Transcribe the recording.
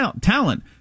talent